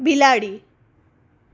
બિલાડી